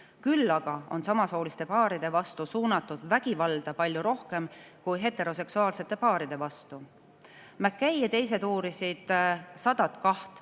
Küll aga on samasooliste paaride vastu suunatud vägivalda palju rohkem kui heteroseksuaalsete paaride vastu. McKay ja teised uurisid 102